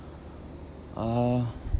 uh